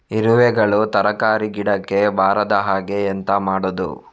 ಇರುವೆಗಳು ತರಕಾರಿ ಗಿಡಕ್ಕೆ ಬರದ ಹಾಗೆ ಎಂತ ಮಾಡುದು?